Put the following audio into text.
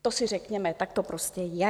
To si řekněme, tak to prostě je.